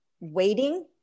waiting